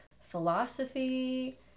philosophy